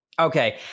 okay